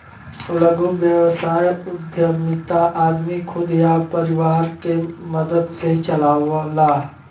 लघु व्यवसाय उद्यमिता आदमी खुद या परिवार के मदद से चलावला